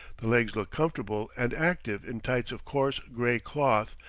the legs look comfortable and active in tights of coarse gray cloth,